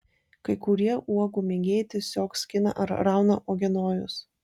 kai kurie uogų mėgėjai tiesiog skina ar rauna uogienojus